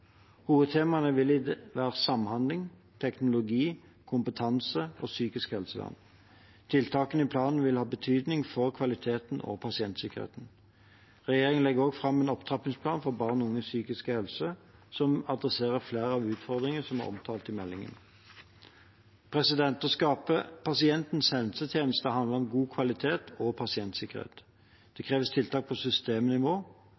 Hovedtemaene vil være samhandling, teknologi, kompetanse og psykisk helsevern. Tiltakene i planen vil ha betydning for kvaliteten og pasientsikkerheten. Regjeringen legger også fram en opptrappingsplan for barn og unges psykiske helse, som adresserer flere av utfordringene som er omtalt i meldingen. Å skape pasientens helsetjeneste handler om god kvalitet og pasientsikkerhet.